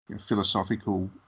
philosophical